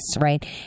right